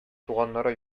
туганнары